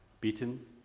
beaten